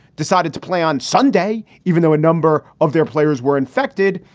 decided to play on sunday, even though a number of their players were infected,